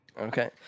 Okay